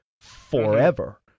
forever